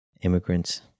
immigrants